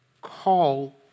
Call